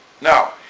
Now